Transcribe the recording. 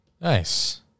Nice